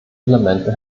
elemente